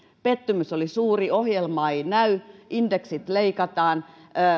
pettymys oli suuri ohjelmaa ei näy indeksit leikataan